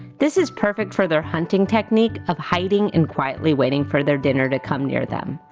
this is perfect for their hunting technique of hiding and quietly waiting for their dinner to come near them.